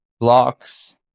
blocks